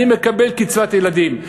אני מקבל קצבת ילדים.